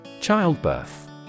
Childbirth